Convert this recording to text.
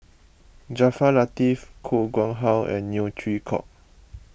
Jaafar Latiff Koh Nguang How and Neo Chwee Kok